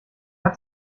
hat